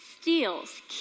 steals